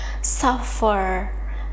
suffer